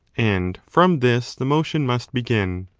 and from this the motion must begin.